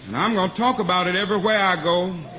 and i'm going to talk about it everywhere i go.